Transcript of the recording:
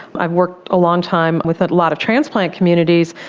i've worked a long time with a lot of transplant communities.